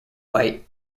white